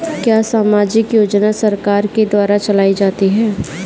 क्या सामाजिक योजना सरकार के द्वारा चलाई जाती है?